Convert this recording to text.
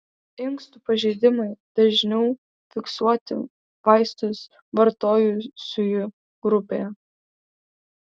inkstų pažeidimai dažniau fiksuoti vaistus vartojusiųjų grupėje